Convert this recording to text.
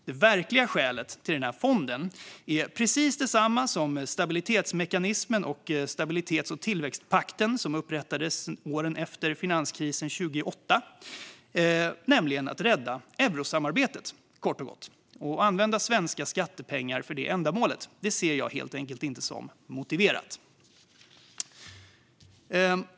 Det verkliga skälet till fonden är precis detsamma som stabilitetsmekanismen och stabilitets och tillväxtpakten som upprättades åren efter finanskrisen 2008, nämligen att rädda eurosamarbetet - kort och gott - och att använda svenska skattepengar för det ändamålet. Det ser jag inte som motiverat.